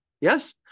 Yes